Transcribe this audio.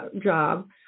job